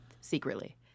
secretly